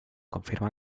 confirma